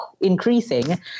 increasing